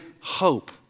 hope